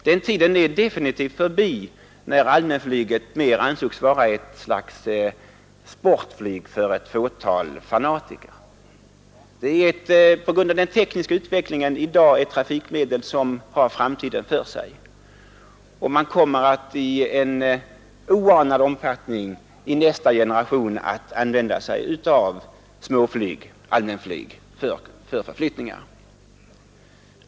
Den tiden måste definitivt vara förbi när allmänflyget ansågs vara ett slags sportflyg för ett fåtal fanatiker. Det är ett trafikmedel som på grund av den tekniska utvecklingen har framtiden för sig, och man kommer i nästa generation att i oanad omfattning använda sig av småflyg, allmänflyg, vid resor.